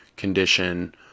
condition